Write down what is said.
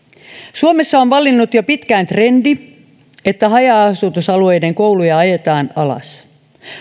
suomessa on vallinnut jo pitkään trendi että haja asutusalueiden kouluja ajetaan alas